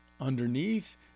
underneath